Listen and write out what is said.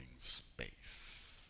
space